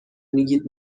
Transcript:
میگید